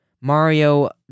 Mario